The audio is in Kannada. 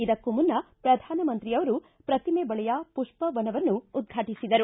ಇದಕ್ಕೂ ಮುನ್ನ ಪ್ರಧಾನಮಂತ್ರಿಯವರು ಪ್ರತಿಮೆ ಬಳಿಯ ಪುಷ್ಪ ವನವನ್ನು ಉದ್ವಾಟಿಸಿದರು